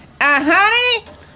honey